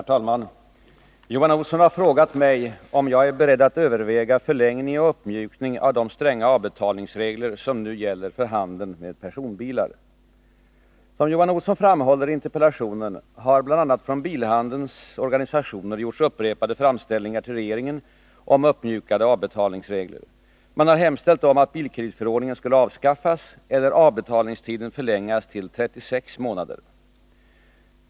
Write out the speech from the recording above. Herr talman! Johan Olsson har frågat mig om jag är ”beredd att överväga förlängning och uppmjukning av de stränga avbetalningsregler som nu gäller för handeln med personbilar”. Som Johan Olsson framhåller i interpellationen, har bl.a. från bilhandelns organisationer gjorts upprepade framställningar till regeringen om uppmjukade avbetalningsregler. Man har hemställt om att bilkreditförordningen skulle avskaffas eller avbetalningstiden förlängas till 36 månader.